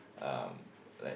um like